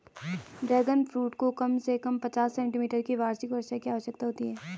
dragon fruit को कम से कम पचास सेंटीमीटर की वार्षिक वर्षा की आवश्यकता होती है